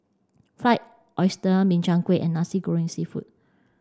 Fried Oyster Min Chiang Kueh and Nasi Goreng Seafood